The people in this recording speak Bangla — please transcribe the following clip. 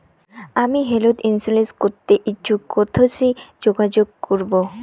আমি হেলথ ইন্সুরেন্স করতে ইচ্ছুক কথসি যোগাযোগ করবো?